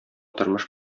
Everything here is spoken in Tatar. тормыш